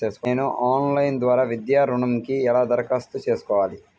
నేను ఆన్లైన్ ద్వారా విద్యా ఋణంకి ఎలా దరఖాస్తు చేసుకోవాలి?